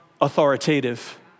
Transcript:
authoritative